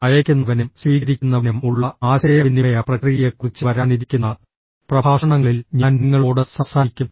അയയ്ക്കുന്നവനും സ്വീകരിക്കുന്നവനും ഉള്ള ആശയവിനിമയ പ്രക്രിയയെക്കുറിച്ച് വരാനിരിക്കുന്ന പ്രഭാഷണങ്ങളിൽ ഞാൻ നിങ്ങളോട് സംസാരിക്കും